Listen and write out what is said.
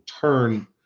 turn